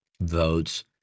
votes